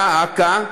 דא עקא,